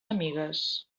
amigues